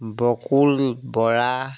Bakul Bora